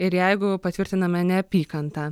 ir jeigu patvirtiname neapykantą